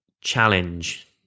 challenge